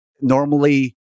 normally